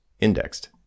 indexed